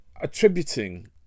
attributing